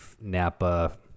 napa